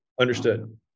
understood